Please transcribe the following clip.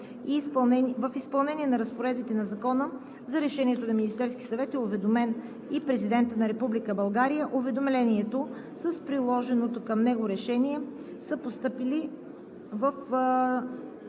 В изпълнение на разпоредбите на Закона за Решението на Министерския съвет е уведомен и Президентът на Република България. Уведомлението с приложеното към него решение са постъпили